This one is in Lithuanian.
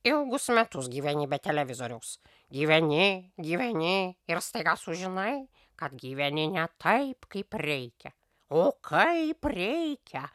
ilgus metus gyveni be televizoriaus gyveni gyveni ir staiga sužinai kad gyveni ne taip kaip reikia o kaip reikia